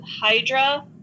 Hydra